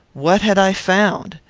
what had i found?